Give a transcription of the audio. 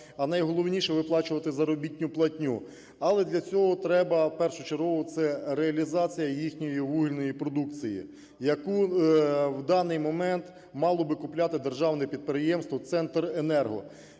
а найголовніше, виплачувати заробітну платню. Але для цього треба першочергово це реалізація їхньої вугільної продукції, яку в даний момент мало би купляти Державне підприємство Центренерго.